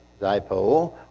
dipole